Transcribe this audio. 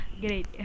great